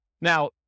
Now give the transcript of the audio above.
Now